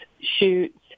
shoots